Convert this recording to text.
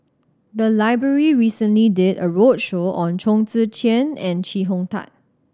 the library recently did a roadshow on Chong Tze Chien and Chee Hong Tat